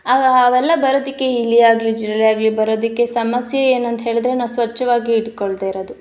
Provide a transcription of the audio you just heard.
ಆಗ ಅವೆಲ್ಲ ಬರೋದಕ್ಕೆ ಇಲಿಯಾಗಲಿ ಜಿರಳೆಯಾಗಲಿ ಬರೋದಕ್ಕೆ ಸಮಸ್ಯೆ ಏನಂತ ಹೇಳಿದ್ರೆ ನಾವು ಸ್ವಚ್ಛವಾಗಿ ಇಟ್ಕೊಳ್ದೇ ಇರೋದು